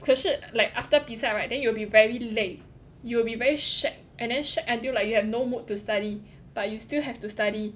可是 like after 比赛 right then you will be very 累 you will be very shag and then shag until like you have no mood to study but you still have to study